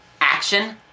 Action